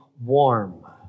warm